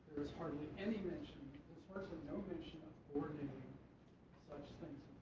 is hardly any mention there's virtually no mention of coordinating such things